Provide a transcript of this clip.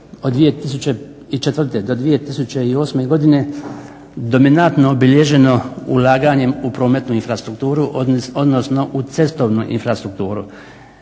od 2004. do 2008. godine dominantno obilježeno u laganjem u prometnu infrastrukturu, odnosno u cestovnu infrastrukturu.